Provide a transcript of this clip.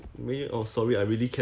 yes